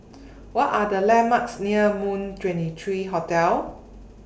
What Are The landmarks near Moon twenty three Hotel